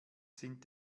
sind